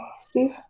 Steve